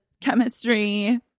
chemistry